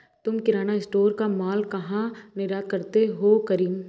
तुम किराना स्टोर का मॉल कहा निर्यात करते हो करीम?